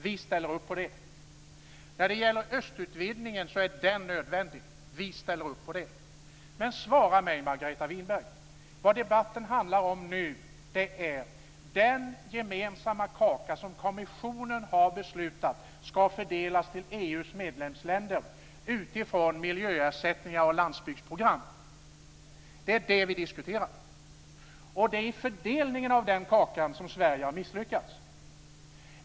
Vi ställer upp på det. Östutvidgningen är nödvändig. Vi ställer upp på det. Men svara mig på en sak, Margareta Winberg. Vad debatten handlar om nu är den gemensamma kaka som kommissionen har beslutat ska fördelas till EU utifrån miljöersättningar och landsbygdsprogram. Det är det vi diskuterar. Och det är i fördelningen av den kakan som Sverige har misslyckats.